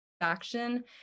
action